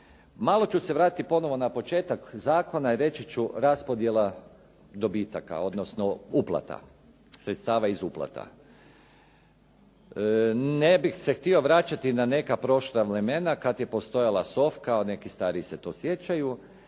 Malo ću se vratiti ponovno na početak zakona i reći ću raspodjela dobitaka, odnosno sredstava iz uplata. Ne bih se htio vraćati na neka prošla vremena kada je postojala SOFKA, neki stariji se to sjećaju.